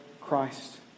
Christ